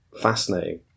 fascinating